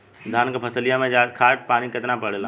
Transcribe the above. धान क फसलिया मे खाद पानी कितना पड़े ला?